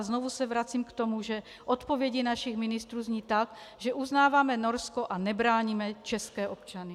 Znovu se vracím k tomu, že odpovědi našich ministrů zní tak, že uznáváme Norsko a nebráníme české občany.